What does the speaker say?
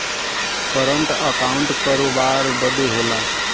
current account करोबार बदे होला